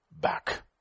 back